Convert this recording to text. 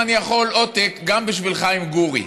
האם אני יכול עותק גם בשביל חיים גורי?